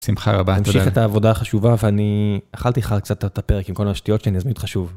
בשמחה רבה תודה, תמשיך את העבודה החשובה ואני אכלתי לך קצת את הפרק עם כל השטויות שלי..חשוב.